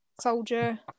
Soldier